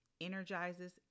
energizes